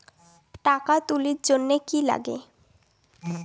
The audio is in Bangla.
টাকা তুলির জন্যে কি লাগে?